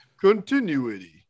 Continuity